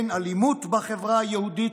אין אלימות בחברה היהודית,